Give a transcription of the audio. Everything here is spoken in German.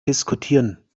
diskutieren